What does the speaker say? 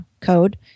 code